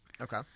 Okay